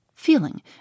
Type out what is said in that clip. feeling